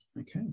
Okay